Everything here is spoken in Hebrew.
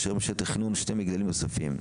בתכנון שני מגדלים נוספים.